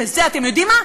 וזה, אתם יודעים מה?